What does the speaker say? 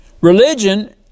Religion